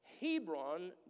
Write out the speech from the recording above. Hebron